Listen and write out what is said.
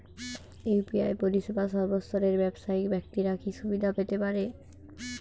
UPI পরিসেবা সর্বস্তরের ব্যাবসায়িক ব্যাক্তিরা কি সুবিধা পেতে পারে?